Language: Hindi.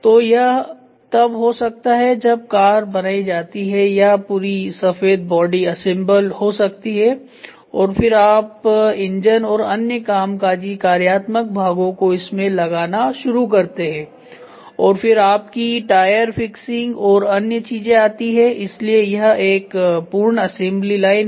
तो यह तब हो सकता है जब कार बनाई जाती है या पूरी सफेद बॉडी असेंबली हो सकती है और फिर आप इंजन और अन्य कामकाजी कार्यात्मक भागों को इसमें लगाना शुरू करते हैं और फिर आपकी टायर फिक्सिंग और अन्य चीजें आती हैं इसलिए यह एक पूर्ण असेंबली लाइन है